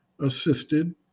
assisted